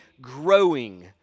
growing